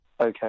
Okay